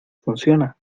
funciona